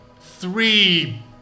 three